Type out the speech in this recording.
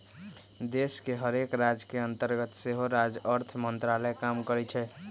देश के हरेक राज के अंतर्गत सेहो राज्य अर्थ मंत्रालय काम करइ छै